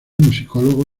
musicólogo